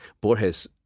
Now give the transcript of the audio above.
Borges